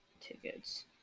tickets